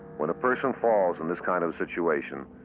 when a person falls in this kind of situation,